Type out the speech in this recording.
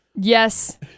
Yes